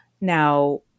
Now